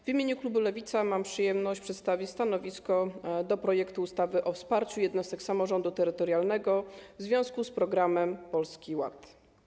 W imieniu Klubu Lewica mam przyjemność przedstawić stanowisko wobec projektu ustawy o wsparciu jednostek samorządu terytorialnego w związku z programem Polski Ład.